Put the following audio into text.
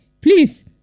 Please